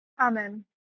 Amen